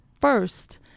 first